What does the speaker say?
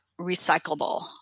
recyclable